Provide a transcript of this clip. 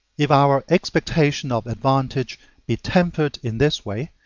if our expectation of advantage be tempered in this way,